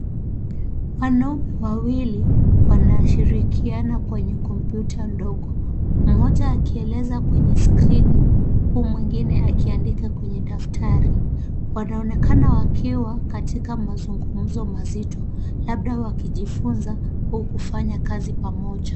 Wanaume wawili wanashirikiana kwenye kompyuta ndogo. Mmoja akieleza kwenye skrini huku mwingine akiandika kwenye daftari. Wanaonekana wakiwa katika mazungumzo mazito labda wakijifunza au kufanya kazi pamoja.